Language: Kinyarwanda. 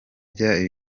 ibyo